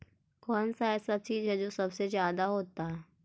कौन सा ऐसा चीज है जो सबसे ज्यादा होता है?